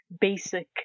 basic